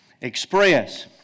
express